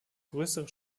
größere